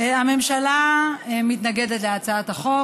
הממשלה מתנגדת להצעת החוק.